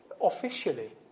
officially